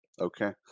Okay